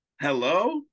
hello